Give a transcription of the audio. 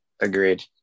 Agreed